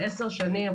10 שנים,